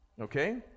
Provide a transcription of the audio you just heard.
Okay